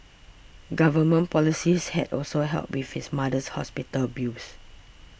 government policies had also helped with his mother's hospital bills